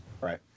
Right